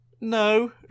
No